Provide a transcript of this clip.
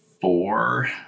four